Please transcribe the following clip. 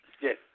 Yes